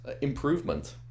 improvement